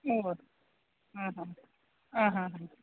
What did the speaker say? ഓഹൊ ആഹ ആ ഹാ ഹാ